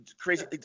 crazy